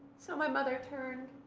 so my mother turned